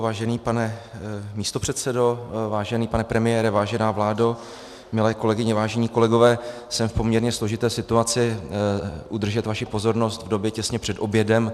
Vážený pane místopředsedo, vážený pane premiére, vážená vládo, milé kolegyně, vážení kolegové, jsem v poměrně složité situaci udržet vaši pozornost v době těsně před obědem.